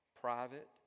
Private